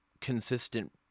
consistent